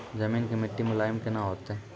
जमीन के मिट्टी मुलायम केना होतै?